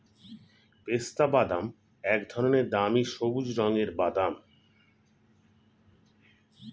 পেস্তাবাদাম এক ধরনের দামি সবুজ রঙের বাদাম